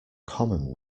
common